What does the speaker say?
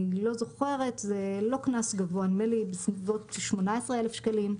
זה לא קנס גבוה, נדמה לי בסביבות 18,000 שקלים.